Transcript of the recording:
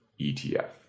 ETF